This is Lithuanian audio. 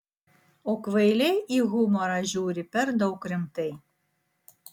o kvailiai į humorą žiūri per daug rimtai